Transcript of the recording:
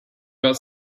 got